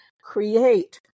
create